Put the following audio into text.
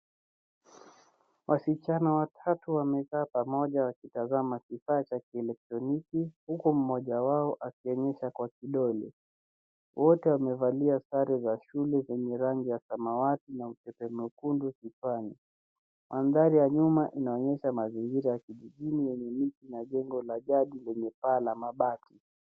Wasichana watatu wamekaa pamoja wakitazama kifaa cha kielektroniki huku mmoja wao akionyesha kwa kidole. Wote wamevalia sare za shule zenye rangi ya samawati na upete mwekundu kichwani. Mandhari ya nyuma inaonyesha mazingira ya vijijini yenye miti na jengo la jadi lenye paa la mabati.